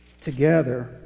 together